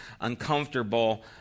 uncomfortable